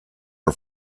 her